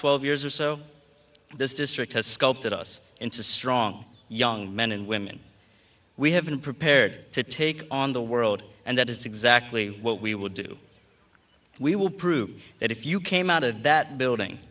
twelve years or so this district has sculpted us into strong young men and women we have been prepared to take on the world and that is exactly what we would do we will prove that if you came out of that building